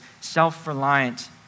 self-reliant